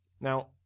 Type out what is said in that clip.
Now